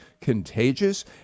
contagious